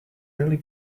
really